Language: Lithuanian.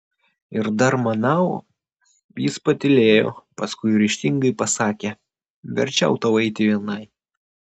ir dar manau jis patylėjo paskui ryžtingai pasakė verčiau tau eiti vienai